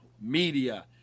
Media